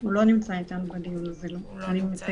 הוא לא נמצא אתנו בדיון הזה.